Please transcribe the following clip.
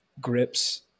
grips